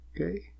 Okay